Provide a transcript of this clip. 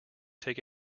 take